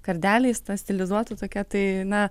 kardeliais ta stilizuota tokia tai na